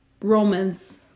Romans